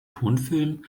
tonfilm